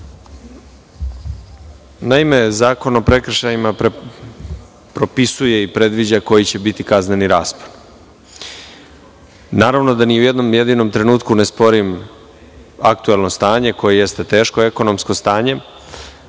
Naime, Zakon o prekršajima propisuje i predviđa koji će biti kazneni raspon. Naravno da ni u jednom jedinom trenutku ne sporim aktuelno stanje koje jeste teško ekonomsko stanje,